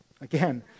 Again